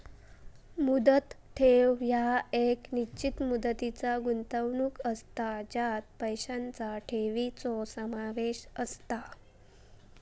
मुदत ठेव ह्या एक निश्चित मुदतीचा गुंतवणूक असता ज्यात पैशांचा ठेवीचो समावेश असता